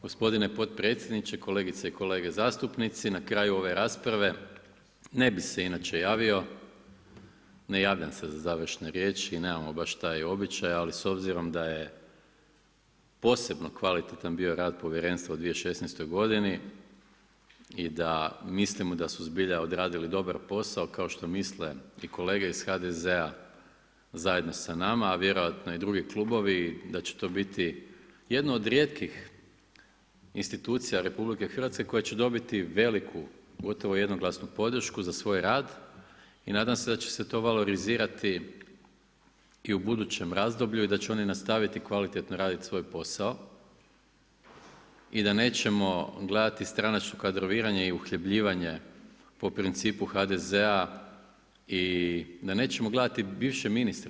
Gospodine potpredsjedniče, kolegice i kolege zastupnici na kraju ove rasprave ne bih se inače javio, ne javljam se za završne riječi, nemamo baš taj običaj ali s obzirom da je posebno bio kvalitetan rad povjerenstva u 2016. godini i da mislimo da su zbilja odradili dobar posao kao što misle i kolege iz HDZ-a zajedno sa nama, a vjerojatno i drugi klubovi, da će to biti jedna od rijetkih institucija RH koja će dobiti veliku, gotovo jednoglasnu podršku za svoj rad i nadam se da će se to valorizirati i u budućem razdoblju i da će oni nastaviti kvalitetno raditi svoj posao i da nećemo gledati stranačko kadroviranje i uhljebljivanje po principu HDZ-a i da nećemo gledati bivše ministre.